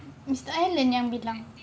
it's I yang bilang